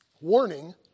Warning